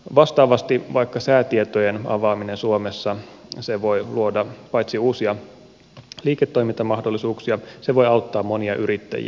vastaavasti vaikka säätietojen avaaminen suomessa voi luoda paitsi uusia liiketoimintamahdollisuuksia se voi auttaa monia yrittäjiä